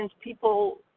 people